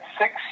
six